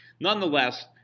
Nonetheless